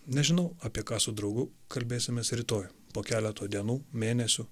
nežinau apie ką su draugu kalbėsimės rytoj po keleto dienų mėnesių